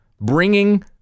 bringing